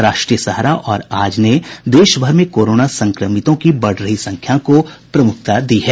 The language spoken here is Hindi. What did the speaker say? राष्ट्रीय सहारा और आज ने देश भर में कोरोना संक्रमितों की बढ़ रही संख्या को प्रमुखता दी है